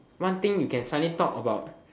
one thing you can suddenly talk about